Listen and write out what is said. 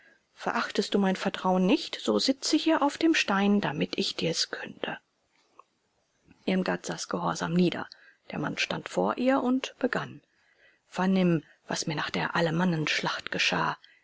verachtest du mein vertrauen nicht so sitze hier auf dem stein damit ich dir's künde irmgard saß gehorsam nieder der mann stand vor ihr und begann vernimm was mir nach der alemannenschlacht geschah